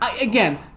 again